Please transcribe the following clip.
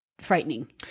frightening